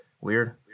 Weird